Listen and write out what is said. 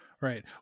Right